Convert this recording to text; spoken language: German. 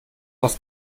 aus